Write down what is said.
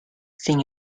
sin